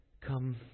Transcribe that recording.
Come